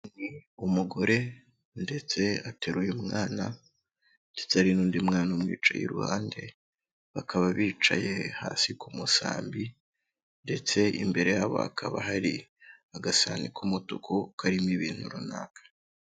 Umugore ndetse ateruye umwana ndetse hari n'undi mwana umwicaye iruhande, bakaba bicaye hasi ku musambi ndetse imbere yabo hakaba hari agasahani k'umutuku karimo ibintu runaka.